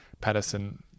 Patterson